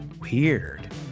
Weird